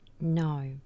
No